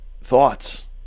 thoughts